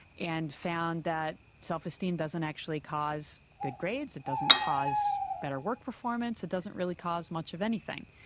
and found that self-esteem doesn't actually cause good grades, it doesn't cause better work performance, it doesn't really cause much of anything.